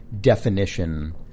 definition